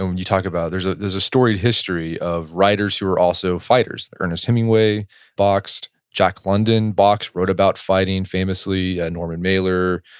um and you talk about there's ah there's a storied history of writers who are also fighters. earnest hemingway boxed. jack london boxed, wrote about fighting famously, ah norman mailer.